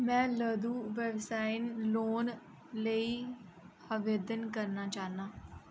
में लघु व्यवसाय लोन लेई आवेदन करना चाह्न्नां